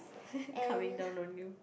coming down on you